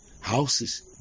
houses